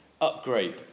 upgrade